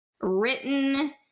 written